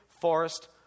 forest